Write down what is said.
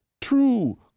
true